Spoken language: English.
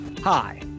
Hi